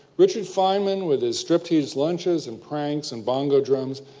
richard feynman, with his strip-tease lunches and pranks and bongo drums,